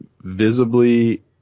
visibly